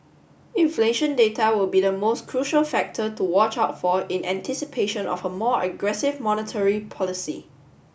inflation data will be the most crucial factor to watch out for in anticipation of a more aggressive monetary policy